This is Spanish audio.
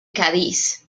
cádiz